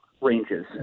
ranges